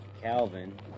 Calvin